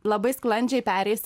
labai sklandžiai pereis